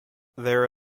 there